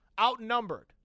outnumbered